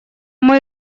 мой